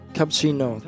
Cappuccino